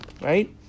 right